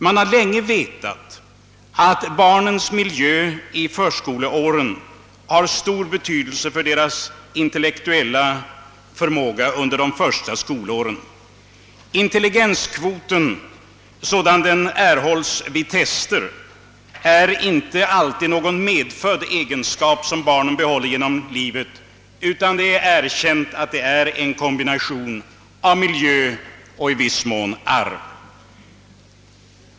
Man har länge vetat att barnens miljö i förskolåren har stor betydelse för deras intellektuella förmåga under de första skolåren. Den intelligenskvot som erhålles vid tester är inte alltid någon medfödd egenskap som barnen behåller genom livet, utan det är erkänt att den är en kombination av miljö och — i viss mån —- arv.